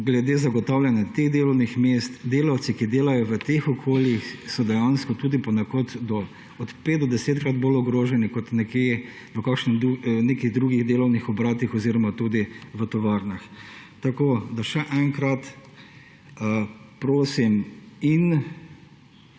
glede zagotavljanja teh delovnih mest, delavci, ki delajo v teh okoljih, so dejansko tudi ponekod od pet do desetkrat bolj ogroženi kot nekje v nekih drugih delovnih obratih oziroma tudi v tovarnah. Tako še enkrat prosim